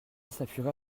s’appuiera